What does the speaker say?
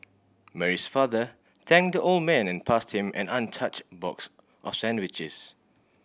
Mary's father thanked the old man and passed him an untouched box of sandwiches